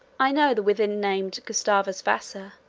i know the within named gustavus vassa,